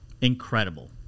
Incredible